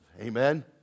Amen